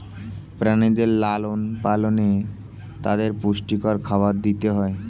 প্রাণীদের লালন পালনে তাদের পুষ্টিকর খাবার দিতে হয়